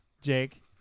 Jake